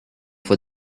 for